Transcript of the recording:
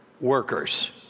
workers